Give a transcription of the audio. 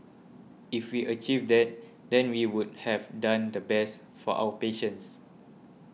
if we achieve that then we would have done the best for our patients